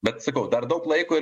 bet sakau dar daug laiko